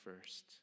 first